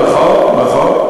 "לניאדו", נכון.